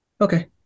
Okay